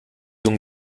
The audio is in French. donc